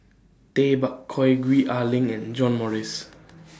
Tay Bak Koi Gwee Ah Leng and John Morrice